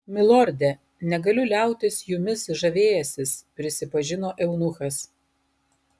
milorde negaliu liautis jumis žavėjęsis prisipažino eunuchas